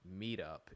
meetup